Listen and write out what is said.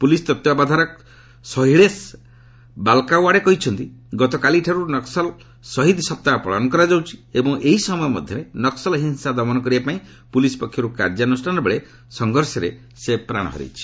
police ତତ୍ୱାବଧାରକ ଶହିଳେଶ ବାଲକାୱାଡେ କହିଛନ୍ତି ଗତକାଲିଠାରୁ ନକ୍କଲ ଶହୀଦ୍ ସପ୍ତାହ ପାଳନ କରାଯାଉଛି ଏବଂ ଏହି ସମୟ ମଧ୍ୟରେ ନକ୍କଲ ହିଂସା ଦମନ କରିବା ପାଇଁ ପୁଲିସ୍ ପକ୍ଷରୁ କାର୍ଯ୍ୟାନୁଷ୍ଠାନ ବେଳେ ସଂଘର୍ଷରେ ସେ ପ୍ରାଣ ହରାଇଛି